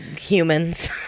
humans